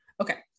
okay